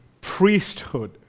priesthood